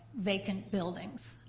vacant buildings.